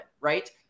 right